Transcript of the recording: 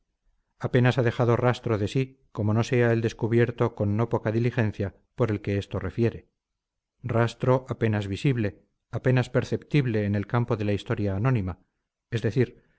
apenas ha dejado rastro de sí como no sea el descubierto con no poca diligencia por el que esto refiere rastro apenas visible apenas perceptible en el campo de la historia anónima es decir